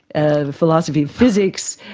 ah philosophy of physics,